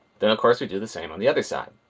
then of course we do the same on the other side.